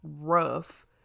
rough